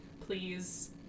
please